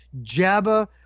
Jabba